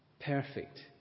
Perfect